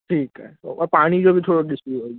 ठीकु आहे हो पाणी जो थोरो ॾिसिजो